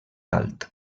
alt